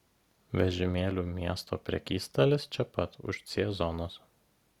vežimėlių miesto prekystalis čia pat už c zonos